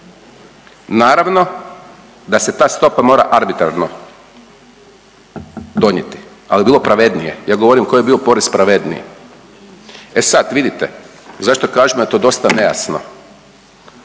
Naravno da se ta stopa mora arbitrarno donijeti, ali bi bilo pravednije. Ja govorim koji bi bio porez pravedniji. E sad vidite zašto kažem da je to dosta nejasno?